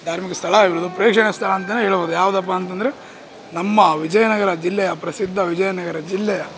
ಧಾರ್ಮಿಕ ಸ್ಥಳ ಹೇಳಬೋದು ಪ್ರೇಕ್ಷಣೀಯ ಸ್ಥಳ ಅಂತೆಯೇ ಹೇಳಬೋದು ಯಾವ್ದಪ್ಪ ಅಂತಂದ್ರೆ ನಮ್ಮ ವಿಜಯನಗರ ಜಿಲ್ಲೆಯ ಪ್ರಸಿದ್ಧ ವಿಜಯನಗರ ಜಿಲ್ಲೆಯ